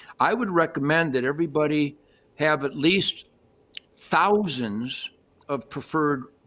i would recommend that everybody have at least thousands of preferred,